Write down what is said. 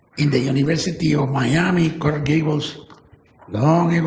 in the university of miami coral gables long ago.